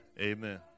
Amen